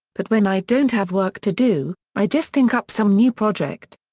but when i don't have work to do, i just think up some new project.